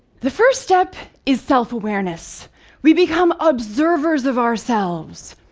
the first step is self-awareness we become observers of ourselves.